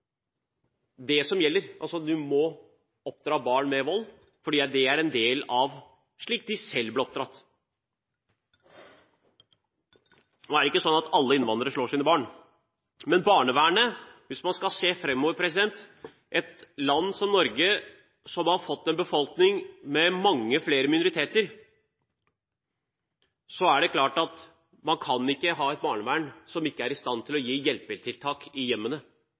er en del av måten man selv ble oppdratt på. Ikke alle innvandrere slår sine barn. Hvis man ser framover: I et land som Norge, som har fått en befolkning hvor det er mange flere minoriteter, kan man ikke ha et barnevern som ikke er i stand til å sette inn hjelpetiltak i hjemmene